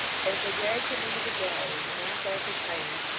as they dragged him into the gallery to knock off his irons,